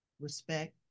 respect